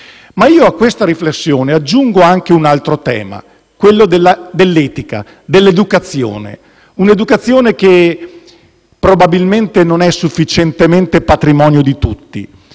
però, a questa riflessione aggiungo anche un altro tema, quello dell'etica, dell'educazione, una educazione che, probabilmente, non è sufficientemente patrimonio di tutti.